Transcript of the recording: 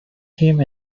him